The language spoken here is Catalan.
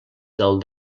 del